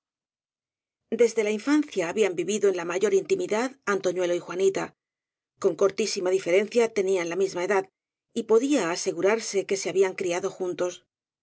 desde la infancia habían vivido en la mayor in timidad antoñuelo y juanita con cortísima dife rencia tenían la misma edad y podía asegurarse que se habían criado juntos